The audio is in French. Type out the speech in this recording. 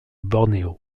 bornéo